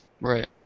Right